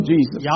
Jesus